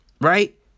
right